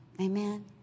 Amen